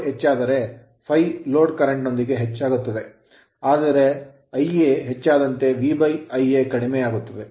load ಹೆಚ್ಚಾದರೆ ∅ load current ನೊಂದಿಗೆ ಹೆಚ್ಚಾಗುತ್ತದೆ ಅಂದರೆ Ia ಹೆಚ್ಚಾದಂತೆ VIa ಕಡಿಮೆಯಾಗುತ್ತದೆ